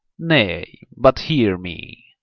nay, but hear me.